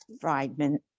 Friedman